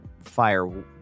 fire